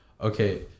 Okay